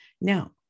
Now